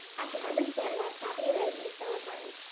i can understand why stopping erosion is so important.